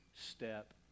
Step